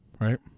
right